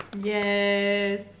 Yes